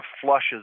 flushes